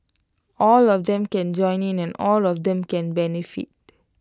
all of them can join in and all of them can benefit